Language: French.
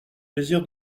plaisir